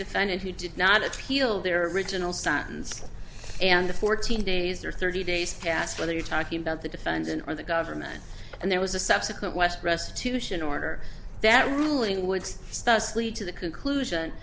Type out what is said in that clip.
defendant who did not appeal their original sentence and the fourteen days or thirty days passed whether you're talking about the defendant or the government and there was a subsequent west restitution order that ruling woods sussed lead to the conclusion